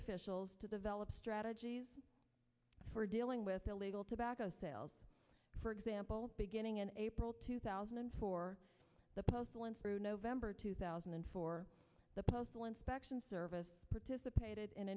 officials to the valid strategies for dealing with illegal tobacco sales for example beginning in april two thousand and four the post one through november two thousand and four the postal inspection service participated